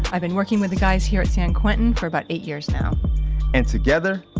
i've been working with the guys here at san quentin for about eight years now and together,